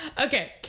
okay